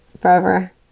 forever